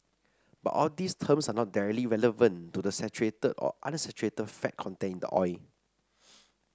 but all these terms are not directly relevant to the saturated or unsaturated fat content in the oil